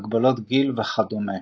הגבלות גיל וכדומה.